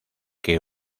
que